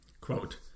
quote